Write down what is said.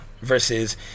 versus